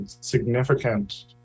significant